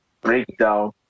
breakdown